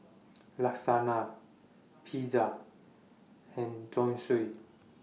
Lasagna Pizza and Zosui